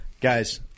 Guys